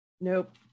nope